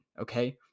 Okay